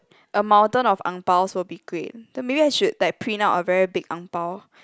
a mountain of ang baos will be great then maybe I should like print out a big ang bao